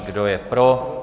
Kdo je pro?